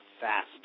fast